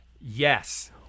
yes